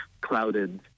clouded